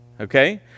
Okay